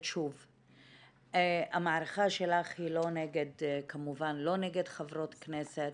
שוב: המערכה שלך היא לא נגד חברות כנסת